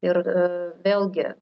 ir aa vėlgi